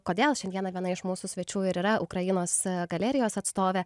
kodėl šiandieną viena iš mūsų svečių ir yra ukrainos galerijos atstovė